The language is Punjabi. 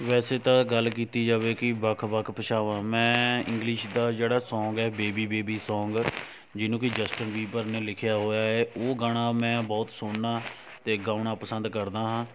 ਵੈਸੇ ਤਾਂ ਗੱਲ ਕੀਤੀ ਜਾਵੇ ਕਿ ਵੱਖ ਵੱਖ ਭਾਸ਼ਾਵਾਂ ਮੈਂ ਇੰਗਲਿਸ਼ ਦਾ ਜਿਹੜਾ ਸੌਂਗ ਹੈ ਬੇਬੀ ਬੇਬੀ ਸੌਂਗ ਜਿਹਨੂੰ ਕਿ ਜਸਟਿਨ ਬੀਬਰ ਨੇ ਲਿਖਿਆ ਹੋਇਆ ਏ ਉਹ ਗਾਣਾ ਮੈਂ ਬਹੁਤ ਸੁਣਨਾ ਅਤੇ ਗਾਉਣਾ ਪਸੰਦ ਕਰਦਾ ਹਾਂ